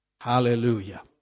Hallelujah